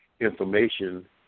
information